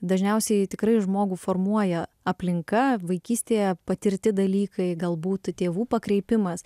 dažniausiai tikrai žmogų formuoja aplinka vaikystėje patirti dalykai galbūt tėvų pakreipimas